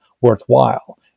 worthwhile